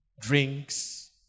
Drinks